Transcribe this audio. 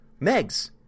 Megs